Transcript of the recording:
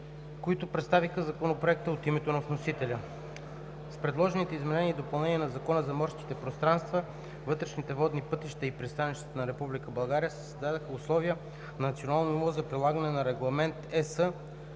които представиха Законопроекта от името на вносителя. С предложените изменения и допълнения на Закона за морските пространства, вътрешните водни пътища и пристанищата на Република България се създават условия на национално ниво за прилагане на Регламент (ЕС)